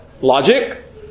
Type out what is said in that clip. logic